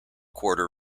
quarter